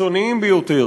הקיצוניים ביותר